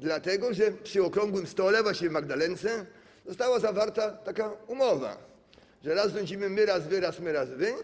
Dlatego że przy okrągłym stole, właściwie w Magdalence, została zawarta taka umowa, że raz rządzimy my, raz wy, raz my, raz wy,